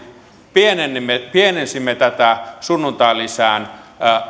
pienensimme tätä sunnuntailisän